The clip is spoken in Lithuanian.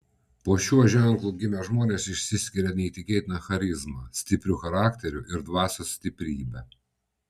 po šiuo ženklu gimę žmonės išsiskiria neįtikėtina charizma stipriu charakteriu ir dvasios stiprybe